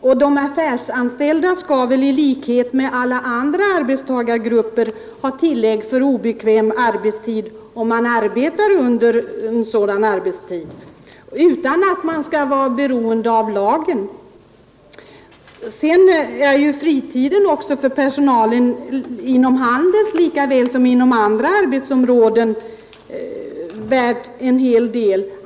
Och de affärsanställda skall väl i likhet med alla andra arbetstagargrupper ha tillägg för obekväm arbetstid, alldeles oberoende av lagen. Fritiden är för personalen inom handeln lika väl som inom andra arbetsområden värd en hel del.